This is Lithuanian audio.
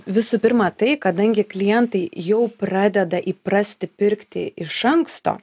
visų pirma tai kadangi klientai jau pradeda įprasti pirkti iš anksto